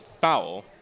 foul